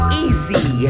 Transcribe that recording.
easy